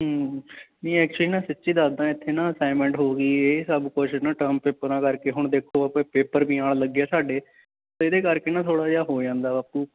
ਨਹੀਂ ਐਕਚਲੀ ਨਾ ਸੱਚੀਂ ਦੱਸਦਾ ਇੱਥੇ ਨਾ ਅਸੈਨਮੈਂਟ ਹੋ ਗਈ ਇਹ ਸਭ ਕੁਛ ਨਾ ਟਰਮ ਪੇਪਰਾਂ ਕਰਕੇ ਹੁਣ ਦੇਖੋ ਕਿ ਪੇਪਰ ਵੀ ਆਉਣ ਲੱਗੇ ਆ ਸਾਡੇ ਇਹਦੇ ਕਰਕੇ ਨਾ ਥੋੜ੍ਹਾ ਜਿਹਾ ਹੋ ਜਾਂਦਾ ਬਾਪੂ